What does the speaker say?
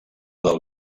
del